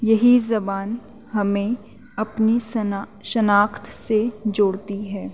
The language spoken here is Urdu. یہی زبان ہمیں اپنی ثنا شناخت سے جوڑتی ہے